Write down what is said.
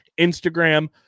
Instagram